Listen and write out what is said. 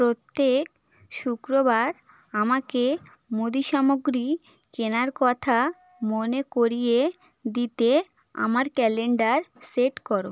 প্রত্যেক শুক্রবার আমাকে মুদি সামগ্রী কেনার কথা মনে করিয়ে দিতে আমার ক্যালেন্ডার সেট করো